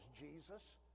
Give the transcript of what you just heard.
Jesus